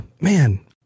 man